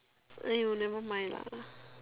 !aiyo! nevermind lah